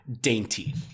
dainty